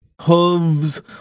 hooves